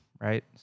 right